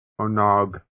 Onog